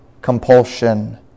compulsion